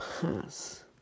pass